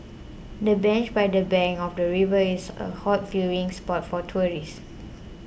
the bench by the bank of the river is a hot viewing spot for tourists